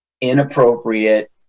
inappropriate